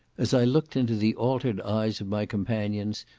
as i looked into the altered eyes of my companions,